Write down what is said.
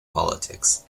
politics